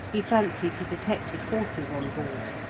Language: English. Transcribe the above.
he fancied he detected horses on board.